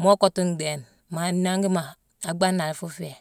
moo konto nden ma nangima a kgban na fo fe.